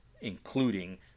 including